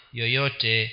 yoyote